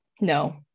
No